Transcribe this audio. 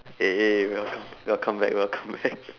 hey hey welco~ welcome back welcome back